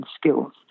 skills